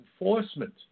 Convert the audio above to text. enforcement